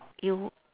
you